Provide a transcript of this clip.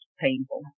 painful